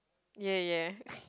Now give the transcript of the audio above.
ya ya